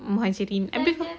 muhajirin tapi